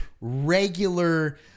regular